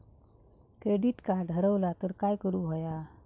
Credit card हरवला तर काय करुक होया?